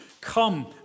come